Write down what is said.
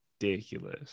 ridiculous